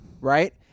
right